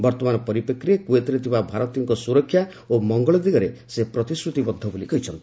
ବର୍ତ୍ତମାନ ପରିପ୍ରେକ୍ଷୀରେ କୁଏତରେ ଥିବା ଭାରତୀୟଙ୍କ ସୁରକ୍ଷା ଓ ମଙ୍ଗଳ ଦିଗରେ ସେ ପ୍ରତିଶ୍ରତିବଦ୍ଧ ବୋଲି କହିଛନ୍ତି